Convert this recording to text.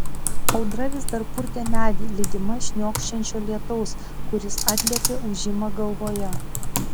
audra vis dar purtė medį lydima šniokščiančio lietaus kuris atliepė ūžimą galvoje